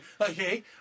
okay